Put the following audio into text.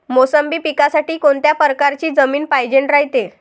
मोसंबी पिकासाठी कोनत्या परकारची जमीन पायजेन रायते?